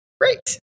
Great